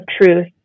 truth